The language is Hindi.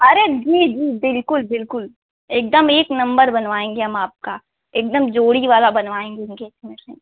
अरे जी जी बिल्कुल बिल्कुल एकदम एक नंबर बनवाएँगे हम आपका एकदम जोड़ी वाला बनवाएँगे इंगेजमेंट रिंग